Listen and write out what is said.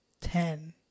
ten